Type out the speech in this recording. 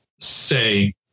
say